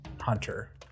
hunter